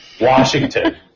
Washington